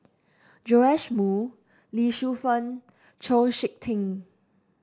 Joash Moo Lee Shu Fen Chau SiK Ting